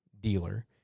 dealer